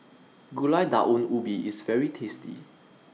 Gulai Daun Ubi IS very tasty